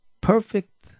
perfect